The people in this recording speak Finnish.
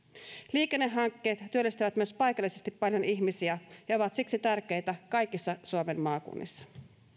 liikennehankkeet myös työllistävät paikallisesti paljon ihmisiä ja ovat siksi tärkeitä kaikissa suomen maakunnissa